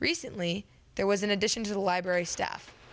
recently there was in addition to the library staff